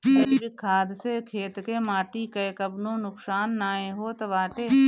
जैविक खाद से खेत के माटी कअ कवनो नुकसान नाइ होत बाटे